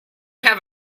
have